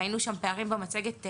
ראינו שם במצגת פערים,